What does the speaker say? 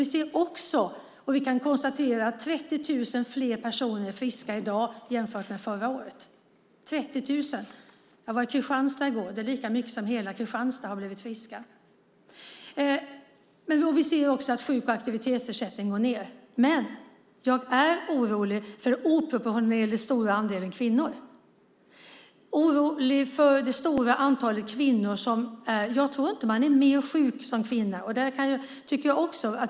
Vi kan också konstatera att 30 000 fler personer är friska i dag jämfört med förra året - 30 000! Jag var i Kristianstad i går, och det är lika många som har blivit friska som antalet boende i hela Kristianstad. Vi ser också att antalet med sjuk och aktivitetsersättning minskar. Men jag är orolig över den oproportionerligt stora andelen kvinnor. Jag tror inte att man är mer sjuk som kvinna.